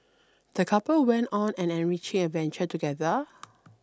the couple went on an enriching adventure together